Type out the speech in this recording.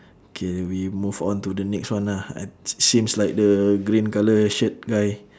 K we move on to the next one ah ah s~ seems like the green colour shirt guy